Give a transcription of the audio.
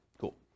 Cool